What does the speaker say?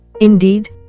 Indeed